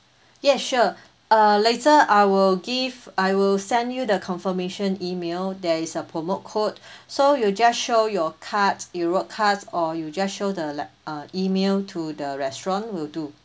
yes sure uh later I will give I will send you the confirmation email there is a promote code so you just show your cards europe cards or you just show the le~ uh email to the restaurant will do